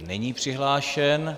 Není přihlášen.